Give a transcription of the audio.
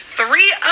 three